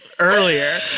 Earlier